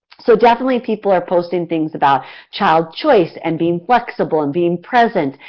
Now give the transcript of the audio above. so, definitely people are posting things about child choice, and being flexible, and being present,